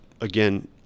again